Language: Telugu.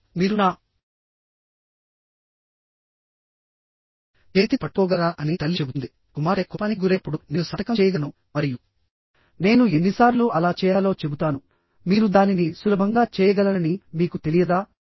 కాబట్టిమీరు నా చేతిని పట్టుకోగలరా అని తల్లి చెబుతుంది కుమార్తె కోపానికి గురైనప్పుడు నేను సంతకం చేయగలను మరియు నేను ఎన్నిసార్లు అలా చేయాలో చెబుతాను మీరు దానిని సులభంగా చేయగలరని మీకు తెలియదా